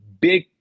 Big